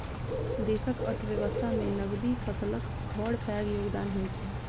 देशक अर्थव्यवस्था मे नकदी फसलक बड़ पैघ योगदान होइ छै